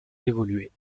évolué